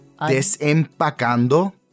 Desempacando